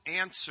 answer